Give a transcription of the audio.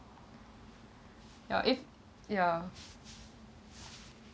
ya if ya